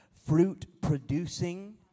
Fruit-producing